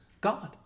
God